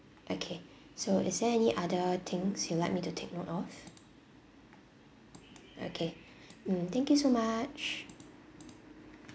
okay so is there any other things you like me to take note of okay mm thank you so much